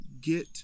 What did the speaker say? get